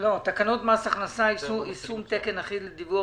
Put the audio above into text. תקנות מס הכנסה (יישום תקן אחיד לדיווח